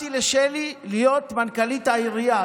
קראתי לשלי להיות מנכ"לית העירייה.